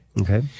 Okay